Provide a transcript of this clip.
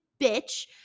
bitch